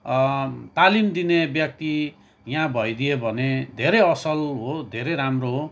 तालिम दिने व्यक्ति यहाँ भइदिए भने धेरै असल हो धेरै राम्रो हो